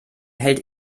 hält